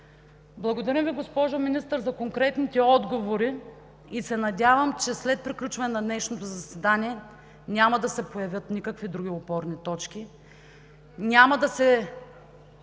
Благодаря Ви, госпожо Министър, за конкретните отговори и се надявам, че след приключване на днешното заседание няма да се появят никакви други опорни точки; няма да се